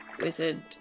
wizard